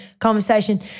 conversation